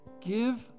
give